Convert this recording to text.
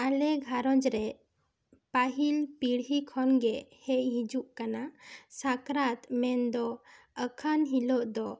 ᱟᱞᱮ ᱜᱷᱟᱨᱚᱸᱡᱽ ᱨᱮ ᱯᱟᱹᱦᱤᱞ ᱯᱤᱲᱦᱤ ᱠᱷᱚᱱ ᱜᱮ ᱦᱮᱡ ᱦᱤᱡᱩᱜ ᱠᱟᱱᱟ ᱥᱟᱠᱟᱨᱟᱛ ᱢᱮᱱ ᱫᱚ ᱟᱠᱷᱟᱱ ᱦᱤᱞᱳᱜ ᱫᱚ